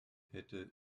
hätte